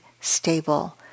stable